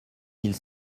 mille